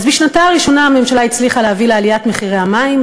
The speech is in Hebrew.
אז בשנתה הראשונה הממשלה הצליחה להביא לעליית מחירי המים,